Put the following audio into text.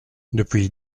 depuis